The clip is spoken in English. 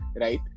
Right